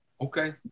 Okay